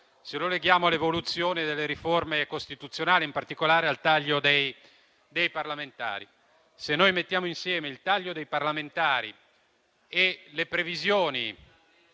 se lo leghiamo all'evoluzione delle riforme costituzionali, in particolare al taglio dei parlamentari. Se mettiamo insieme il taglio dei parlamentari e le previsioni